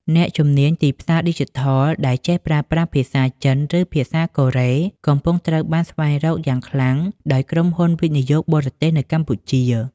អ្នកជំនាញទីផ្សារឌីជីថលដែលចេះប្រើប្រាស់ភាសាចិន ឬភាសាកូរ៉េ កំពុងត្រូវបានស្វែងរកយ៉ាងខ្លាំងដោយក្រុមហ៊ុនវិនិយោគបរទេសនៅកម្ពុជា។